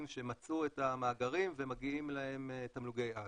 שמצאו את המאגרים ומגיעים להם תמלוגי-על.